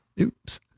oops